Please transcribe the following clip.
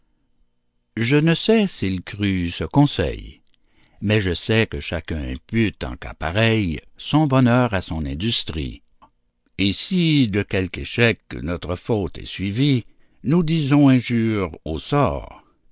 je ne sais s'il crut ce conseil mais je sais que chacun impute en cas pareil son bonheur à son industrie et si de quelque échec notre faute est suivie nous disons injures au sort